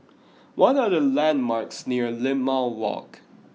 what are the landmarks near Limau Walk